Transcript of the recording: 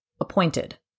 appointed